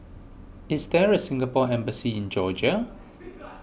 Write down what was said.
is there a Singapore Embassy in Georgia